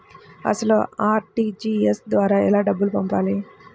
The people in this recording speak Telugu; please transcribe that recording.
అసలు అర్.టీ.జీ.ఎస్ ద్వారా ఎలా డబ్బులు పంపాలి?